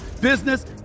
business